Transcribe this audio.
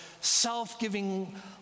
self-giving